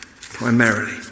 primarily